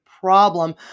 problem